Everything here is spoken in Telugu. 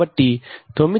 కాబట్టి 9